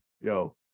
Yo